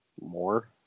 more